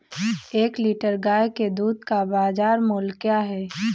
एक लीटर गाय के दूध का बाज़ार मूल्य क्या है?